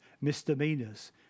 misdemeanors